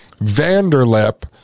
Vanderlip